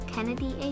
Kennedy